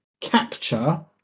capture